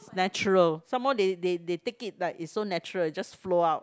ya true some more they they they take it like so natural just flow out